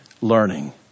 learning